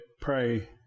pray